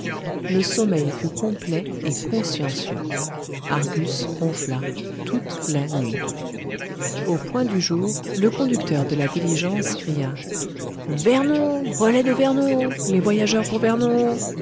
le sommeil fut complet et consciencieux argus ronfla toute la nuit au point du jour le conducteur de la diligence cria vernon relais de vernon les voyageurs pour vernon